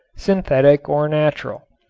synthetic or natural.